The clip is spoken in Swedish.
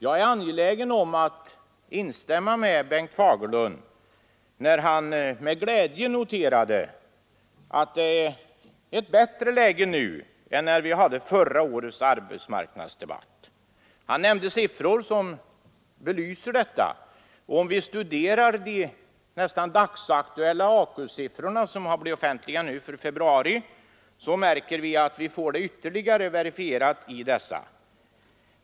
Jag är angelägen om att instämma med Bengt Fagerlund, när han med glädje noterade att det är ett bättre läge nu än när vi hade förra årets arbetsmarknadsdebatt. Han nämnde siffror som belyste detta. Om vi studerar de nästan dagsaktuella AKU-siffrorna för februari, som nu har blivit offentliga, så får vi det ytterligare verifierat.